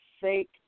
fake